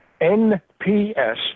NPS